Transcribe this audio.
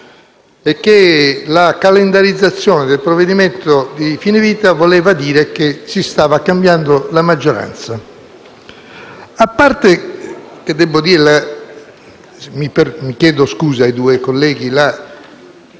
e che la calendarizzazione del provvedimento sul fine vita vuol dire che si sta cambiando la maggioranza. A parte - chiedo scusa ai due colleghi - la